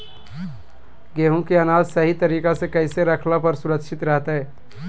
गेहूं के अनाज सही तरीका से कैसे रखला पर सुरक्षित रहतय?